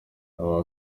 yavugaga